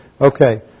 Okay